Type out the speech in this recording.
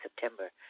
September